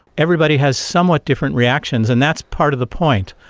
everybody has somewhat different reactions, and that's part of the point.